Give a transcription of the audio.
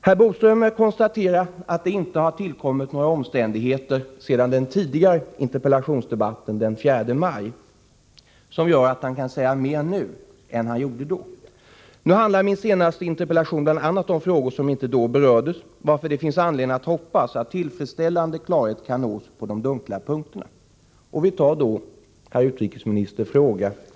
Herr Bodström konstaterar att det inte har tillkommit några omständigheter sedan interpellationsdebatten den 4 maj som gör att han kan säga mer nu än han gjorde då. Nu handlar min senaste interpellation bl.a. om frågor som då inte berördes, varför det finns anledning hoppas att tillfredsställande klarhet kan nås på de dunkla punkterna. Vi tar då fråga för fråga.